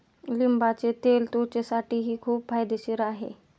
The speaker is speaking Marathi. लिंबाचे तेल त्वचेसाठीही खूप फायदेशीर आहे